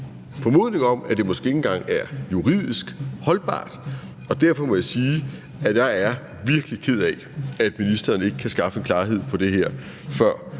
formodning om, at det måske ikke engang er juridisk holdbart, og derfor må jeg sige, at jeg er virkelig ked af, at ministeren ikke kan skaffe klarhed på det her før